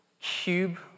cube